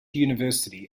university